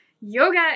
yoga